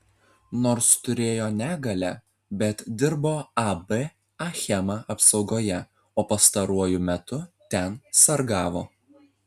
nors turėjo negalią bet dirbo ab achema apsaugoje o pastaruoju metu ten sargavo